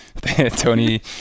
Tony